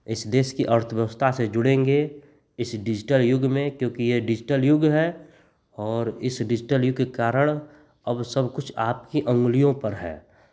इस देश की अर्थव्यवस्था से जुड़ेंगे इस डिजिटल युग में क्योंकि यह डिजिटल युग है और इस डिजिटल युग के कारण अब सब कुछ आपके अंगुलियों पर है